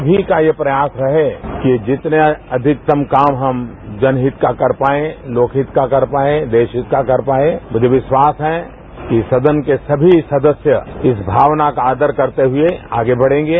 सभी का यह प्रयास रहे कि जितने अधिकतम काम हम जनहित का कर पाए लोकहित का कर पाए देशहित का कर पाए मुझे विश्वास है कि सदन के सभी सदस्य इस भावना का आदर करते हुए आगे बढ़ेंगे